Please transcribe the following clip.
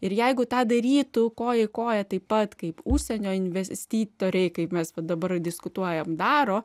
ir jeigu tą darytų koja į koją taip pat kaip užsienio investitoriai kaip mes dabar diskutuojam daro